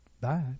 Bye